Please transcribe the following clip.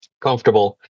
comfortable